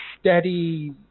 steady